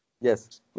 Yes